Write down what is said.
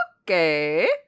Okay